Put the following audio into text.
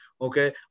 Okay